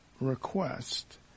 request